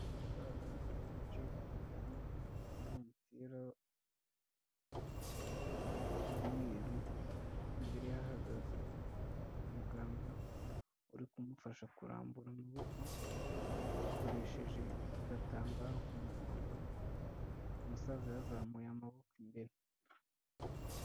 Umusaza wicaye ku gitanda, wambaye umupira w'umweru, imbere ye hahagaze umuganga uri kumufasha kurambura amaboko, bakoresheje agatambaro k'umuhondo, umusaza yazamuye amaboko imbere.